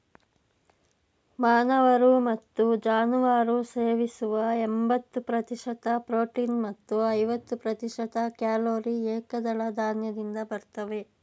ಮಾನವರು ಮತ್ತು ಜಾನುವಾರು ಸೇವಿಸುವ ಎಂಬತ್ತು ಪ್ರತಿಶತ ಪ್ರೋಟೀನ್ ಮತ್ತು ಐವತ್ತು ಪ್ರತಿಶತ ಕ್ಯಾಲೊರಿ ಏಕದಳ ಧಾನ್ಯದಿಂದ ಬರ್ತವೆ